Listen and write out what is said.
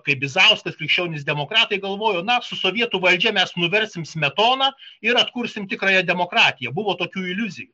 kaip bizauskas krikščionys demokratai galvojo na su sovietų valdžia mes nuversim smetoną ir atkursim tikrąją demokratiją buvo tokių iliuzijų